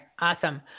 Awesome